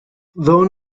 though